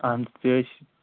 اہَن حظ تہِ حظ چھِ